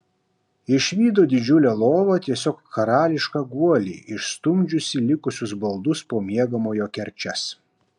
išvydo didžiulę lovą tiesiog karališką guolį išstumdžiusį likusius baldus po miegamojo kerčias